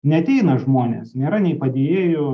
neateina žmonės nėra nei padėjėjų